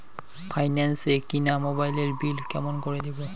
Finance এ কিনা মোবাইলের বিল কেমন করে দিবো?